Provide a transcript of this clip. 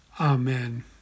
Amen